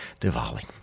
Diwali